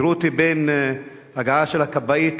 המהירות בין ההגעה של הכבאית